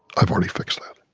i've already fixed that.